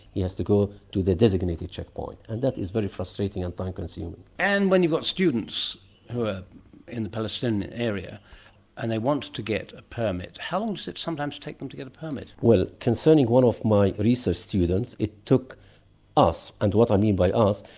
he has to go to the designated checkpoint, and that is very frustrating and time consuming. and when you've got students who are in the palestinian area and they want to get a permit, how long does it sometimes take them to get a permit? concerning one of my research students, it took us. and what i mean by us,